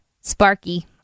Sparky